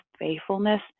faithfulness